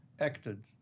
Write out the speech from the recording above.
acted